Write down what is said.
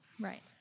Right